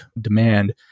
demand